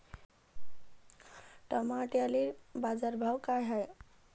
टमाट्याले बाजारभाव काय हाय?